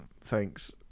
thanks